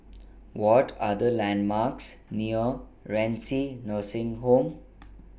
What Are The landmarks near Renci Nursing Home